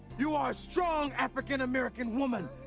you are a strong african-american woman.